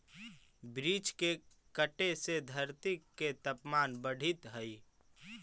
वृक्ष के कटे से धरती के तपमान बढ़ित हइ